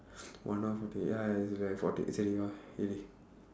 one hour forty eight ya it's like forty சரி வா இரு:sari vaa iru